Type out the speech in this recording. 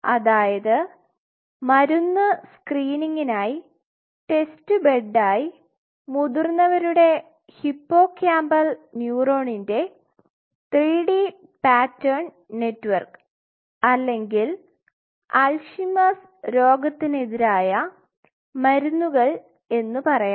അതായത് മരുന്ന് സ്ക്രീനിംഗിനായി ടെസ്റ്റ് ബെഡായി മുതിർന്നവരുടെ ഹിപ്പോകാമ്പൽ ന്യൂറോണിന്റെ 3D പാറ്റേൺ നെറ്റ്വർക്ക് അല്ലെങ്കിൽ അൽഷിമേഴ്സ് രോഗത്തിനെതിരായ മരുന്ന്കൾ എന്ന് പറയാം